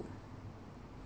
to